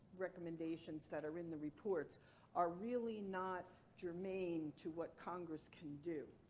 recommendations that are in the reports are really not germane to what congress can do.